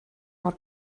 mor